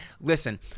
Listen